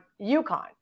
UConn